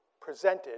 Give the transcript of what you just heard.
presented